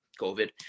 COVID